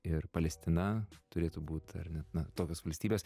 ir palestina turėtų būt ar ne na tokios valstybės